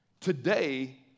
Today